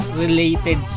related